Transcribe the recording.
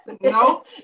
No